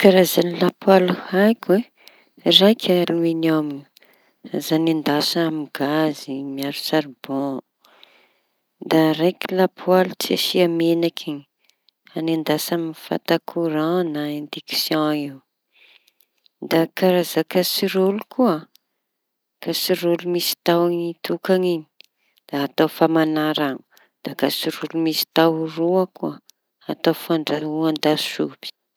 Ny karaza lapoaly haiko: raiky alminiôma azo anendasa amy gazy miaro saribao. Da raiky lapoaly tsy asia menaky hanendasa amin'ny fata koran na aindiksiô. Da karaza kasiroly koa da kaseroly misy tahoñy tokaña atao famaña raño da kaseroly misy taho roa atao fandrahoa lasopy.